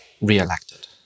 re-elected